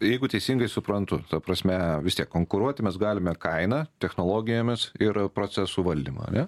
jeigu teisingai suprantu ta prasme vis tiek konkuruoti mes galime kaina technologijomis ir procesų valdymą ane